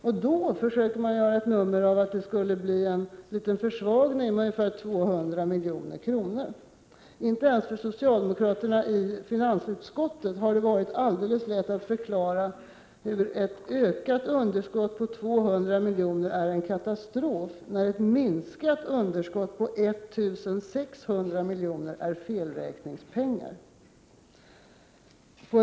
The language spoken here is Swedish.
Man försöker då göra ett nummer av att det i stället skulle bli en liten försvagning, med 200 milj.kr. Inte ens för socialdemokraterna i finansutskottet har det varit lätt att förklara hur en ökning av underskottet med 200 miljoner är en katastrof när en minskning av underskottet med 1 600 miljoner är felräkningspengar.